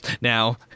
Now